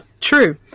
true